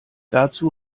dazu